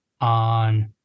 on